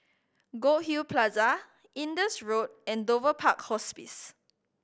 Goldhill Plaza Indus Road and Dover Park Hospice